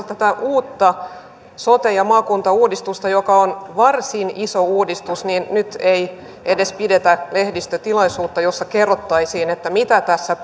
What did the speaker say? tätä uutta sote ja maakuntauudistusta joka on varsin iso uudistus niin ei edes pidetä lehdistötilaisuutta jossa kerrottaisiin mitä tässä